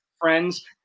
friends